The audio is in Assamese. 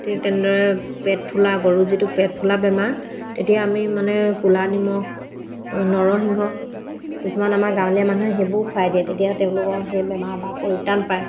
ঠিক তেনেদৰে পেট ফুলা গৰু যিটো পেট ফুলা বেমাৰ তেতিয়া আমি মানে কুলা নিমখ ধৰ নৰসিংহ কিছুমান আমাৰ গাঁৱলীয়া মানুহে সেইবোৰ খুৱাই দিয়ে তেতিয়া তেওঁলোকৰ সেই বেমাৰৰ পা পৰিত্ৰাণ পায়